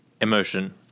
emotion